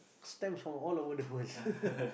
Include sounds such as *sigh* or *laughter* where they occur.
stamps from all over the world *laughs*